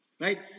right